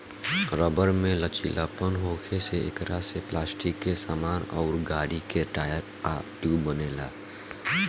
rubber में लचीलापन होखे से एकरा से पलास्टिक के सामान अउर गाड़ी के टायर आ ट्यूब बनेला